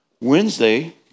Wednesday